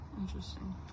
Interesting